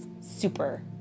super